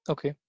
Okay